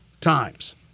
times